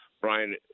Brian